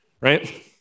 right